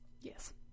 Yes